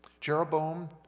Jeroboam